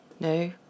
No